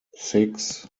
six